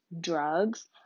drugs